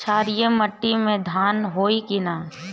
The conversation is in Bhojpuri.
क्षारिय माटी में धान होई की न?